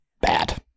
bad